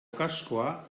kaskoa